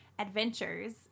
adventures